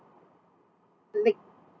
like